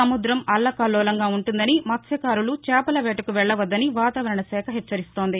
సముద్రం అల్లకల్లోలంగా ఉ ంటుందని మత్స్యకారులు చేపల వేటకు వెళ్ళవద్దని వాతావరణశాఖ హెచ్చరిస్తోంది